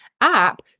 app